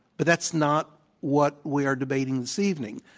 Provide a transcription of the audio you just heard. but that's not what we're debating this evening.